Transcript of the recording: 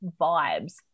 vibes